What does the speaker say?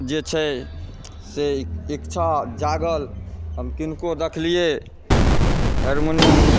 हमरा जे छै से इच्छा जागल हम किनको देखलियै हारमोनियम